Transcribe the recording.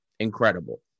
Incredible